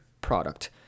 product